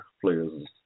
players